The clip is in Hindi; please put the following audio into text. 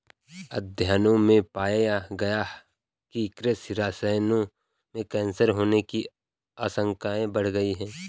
अध्ययनों में पाया गया है कि कृषि रसायनों से कैंसर होने की आशंकाएं बढ़ गई